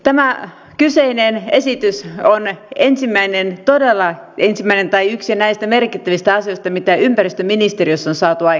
tämä kyseinen esitys on todella ensimmäinen ja yksi näistä merkittävistä asioista mitä ympäristöministeriössä on saatu aikaiseksi